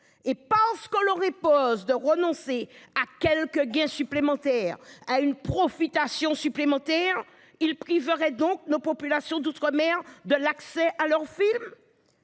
et pense qu'on l'aurait pose de renoncer à quelques gains supplémentaires à une profitation supplémentaires il priverait donc nos populations d'Outre-Mer de l'accès à leurs films.